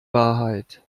wahrheit